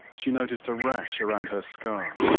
she noticed a rash around her scar.